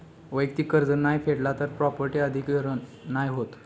वैयक्तिक कर्ज नाय फेडला तर प्रॉपर्टी अधिग्रहण नाय होत